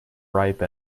ripe